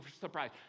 surprise